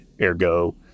ergo